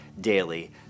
daily